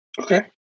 Okay